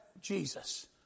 Jesus